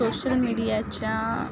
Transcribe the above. social मिडीयाच्या